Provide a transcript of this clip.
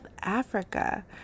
Africa